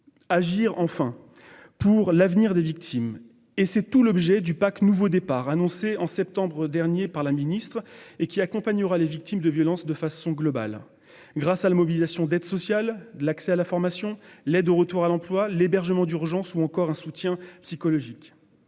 Agir, enfin, pour l'avenir des victimes. C'est tout l'objet du pacte Nouveau départ, annoncé en septembre dernier par Mme la ministre, qui accompagnera les victimes de violences de façon globale grâce à la mobilisation d'aides sociales, l'accès à la formation, l'aide au retour à l'emploi, l'hébergement d'urgence ou encore un soutien psychologique.